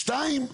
שתיים,